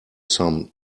some